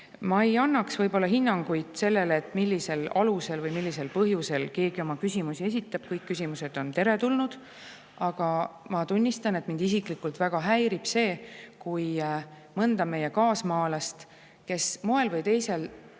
Ma ei annaks hinnanguid sellele, millisel alusel või millisel põhjusel keegi oma küsimusi esitab. Kõik küsimused on teretulnud. Aga ma tunnistan, et mind isiklikult väga häirib see, kui mõnda meie kaasmaalast, kes moel või teisel